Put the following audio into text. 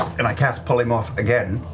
and i cast polymorph again,